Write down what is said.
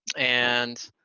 and